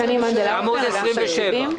שאני מתעסק רק בחשבים מלווים